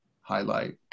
highlight